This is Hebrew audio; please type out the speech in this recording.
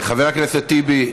חבר הכנסת טיבי,